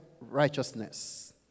righteousness